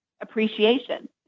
appreciation